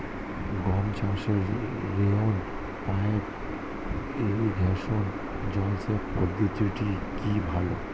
গম চাষের জন্য রেইন পাইপ ইরিগেশন জলসেচ পদ্ধতিটি কি ভালো?